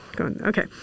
Okay